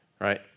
Right